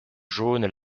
jaunes